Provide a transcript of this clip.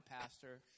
pastor